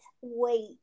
wait